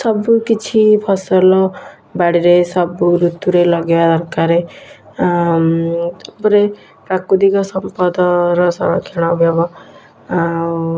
ସବୁକିଛି ଫସଲ ବାଡ଼ିରେ ସବୁ ଋତୁରେ ଲଗେଇବା ଦରକାରେ ଆଁ ତାପରେ ପ୍ରାକୃତିକ ସମ୍ପଦର ସରଂକ୍ଷଣ ଆଉ